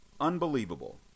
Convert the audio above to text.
Unbelievable